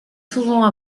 souvent